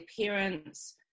parents